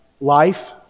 life